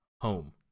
Home